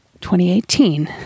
2018